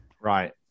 right